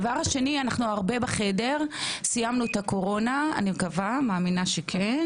דבר שני, אני מקווה ומאמינה שסיימנו את הקורונה.